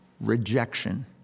rejection